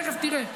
תכף תראה.